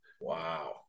Wow